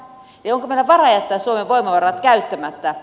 jo tämä vähentää suomen voimavarat käyttämättä